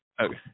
Okay